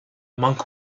monk